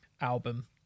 album